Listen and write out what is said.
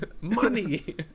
money